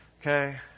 Okay